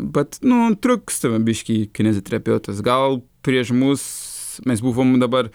bat nu trūksta biški kineziterapeutas gal prieš mus mes buvom dabar